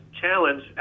challenge